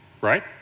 right